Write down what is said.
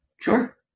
Sure